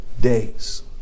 days